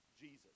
Jesus